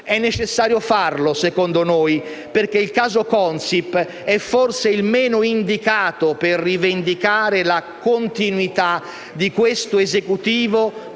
È necessario farlo, secondo noi, perché il caso Consip è forse il meno indicato per rivendicare la continuità di questo Esecutivo